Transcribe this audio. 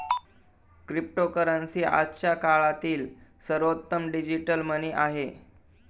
cryptocurrency आजच्या काळातील सर्वोत्तम डिजिटल मनी आहे